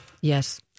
Yes